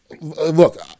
Look